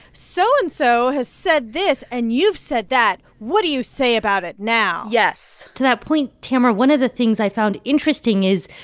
so and so has said this and you've said that. what do you say about it now? yes to that point, tamara, one of the things i found interesting is,